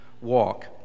walk